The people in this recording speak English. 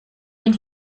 can